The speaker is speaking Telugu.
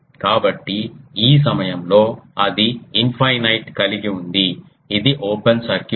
కాబట్టి ఈ సమయంలో అది ఇన్ఫైనైట్ కలిగి ఉంది ఇది ఓపెన్ సర్క్యూట్